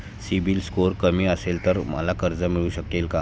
CIBIL score कमी असेल तर मला कर्ज मिळू शकेल का?